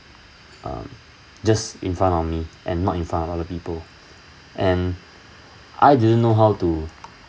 um just in front of me and not in front of other people and I didn't know how to